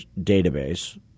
database